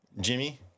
jimmy